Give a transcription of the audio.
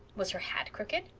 was her hat crooked?